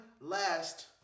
last